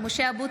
(קוראת בשמות חברי הכנסת) משה אבוטבול,